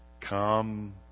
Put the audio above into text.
Come